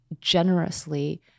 generously